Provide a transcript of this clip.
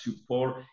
support